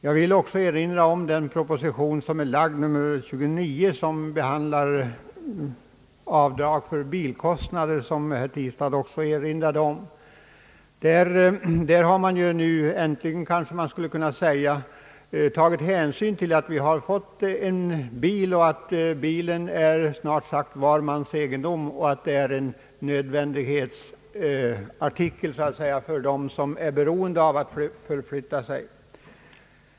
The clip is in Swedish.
Jag vill också erinra om den proposition som lagts fram, nr 29, vilken behandlar avdrag för bilkostnader — herr Tistad erinrade också om den. Där har man nu äntligen, kanske man skulle kunna säga, tagit hänsyn till att bilen är snart sagt var mans egendom och att den är en nödvändighetsartikel för dem som är beroende av att förflytta sig.